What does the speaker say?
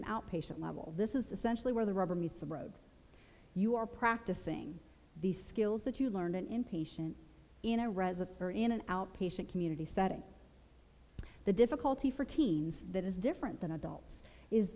an outpatient level this is essentially where the rubber meets the road you are practicing these skills that you learned in in patient in a resume or in an outpatient community setting the difficulty for teens that is different than adults is